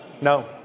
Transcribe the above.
No